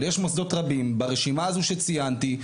אבל יש מוסדות רבים ברשימה הזו שציינתי,